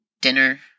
dinner